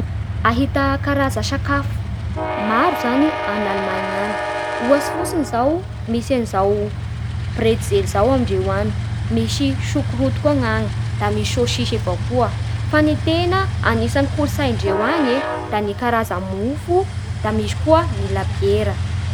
Ahita karaza sakafo maro zany any Alemaina any. Ohatsy fotsiny zao misy an'izao bretzel zao amindreo any, misy sukrut, da misy sôsisy avao koa Fa ny tena anisan'ny kolotsaindreo any da ny karaza mofo da misy koa ny labiera